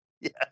Yes